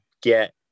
get